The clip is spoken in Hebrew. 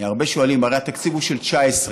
הרבה שואלים: אבל התקציב הוא של 2019,